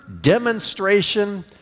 demonstration